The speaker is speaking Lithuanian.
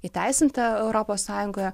įteisinta europos sąjungoje